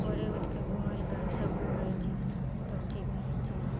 भोरे उठिके घुमैलए कहै सभकेँ कहै छै तब ठीक रहै छै